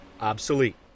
obsolete